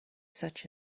such